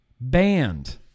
banned